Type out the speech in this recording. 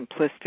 simplistic